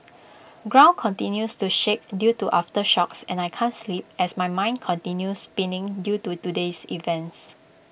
ground continues to shake due to aftershocks and I can't sleep as my mind continue spinning due to today's events